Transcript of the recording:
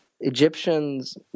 Egyptians